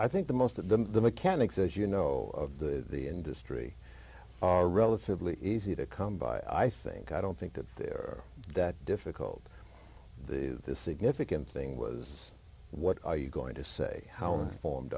i think the most of the mechanics as you know of the industry are relatively easy to come by i think i don't think that they're that difficult the significant thing was what are you going to say how informed